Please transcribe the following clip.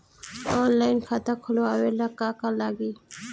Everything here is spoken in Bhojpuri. ऑनलाइन खाता खोलबाबे ला का का लागि?